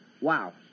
Wow